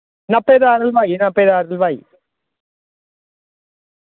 नापेदार हलवाई नापेदार हलवाई